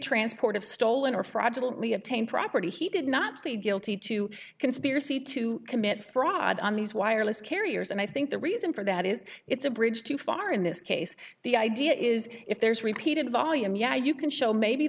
transport of stolen or fraudulent we obtain property he did not plead guilty to conspiracy to commit fraud on these wireless carriers and i think the reason for that is it's a bridge too far in this case the idea is if there's repeated volume yeah you can show maybe